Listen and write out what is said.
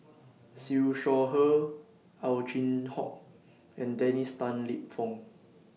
Siew Shaw Her Ow Chin Hock and Dennis Tan Lip Fong